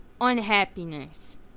unhappiness